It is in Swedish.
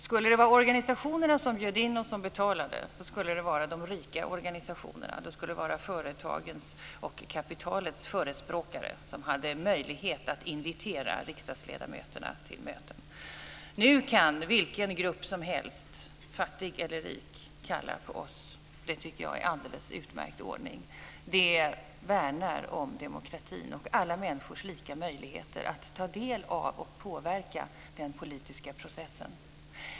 Skulle det vara de organisationer som bjöd in oss som betalade skulle det vara de rika organisationerna, företagens och kapitalets förespråkare som hade möjlighet att invitera riksdagsledamöterna till möten. Nu kan vilken grupp som helst, fattig eller rik, kalla på oss. Jag tycker att det är en alldeles utmärkt ordning. Det värnar om demokratin och alla människors lika möjligheter att ta del av och påverka den politiska processen.